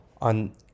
On